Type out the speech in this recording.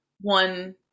one